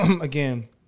again